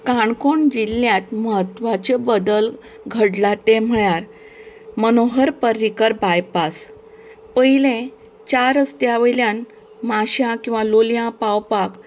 काणकोण जिल्ल्यांत म्हत्वाचे बदल घडला तें म्हळ्यार मनोहर पर्रीकर बायपास पयलें चार रस्त्या वयल्यान माश्यां किंवां लोयलां पावपाक